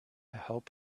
help